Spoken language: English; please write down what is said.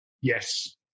Yes